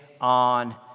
on